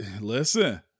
Listen